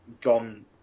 gone